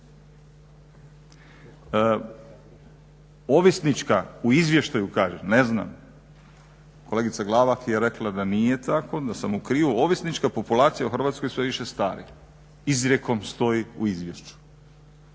Ovisnička, u izvještaju kaže, ne znam. Kolegica Glavak je rekla da nije tako, da sam u krivu, ovisnička populacija u Hrvatskoj sve više stari, izrijekom stoji u izvješću.